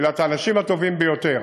אלא את האנשים הטובים ביותר.